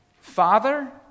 Father